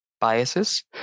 biases